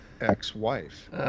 ex-wife